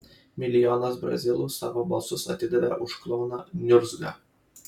milijonas brazilų savo balsus atidavė už klouną niurzgą